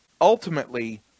ultimately